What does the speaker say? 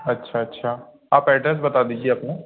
अच्छा अच्छा आप एड्रेस बता दीजिए अपना